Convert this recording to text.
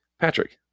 Patrick